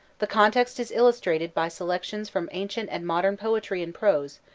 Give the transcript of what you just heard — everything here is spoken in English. the context is illustrated by selections from ancient and modern poetry and prose,